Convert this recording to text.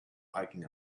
hiking